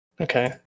Okay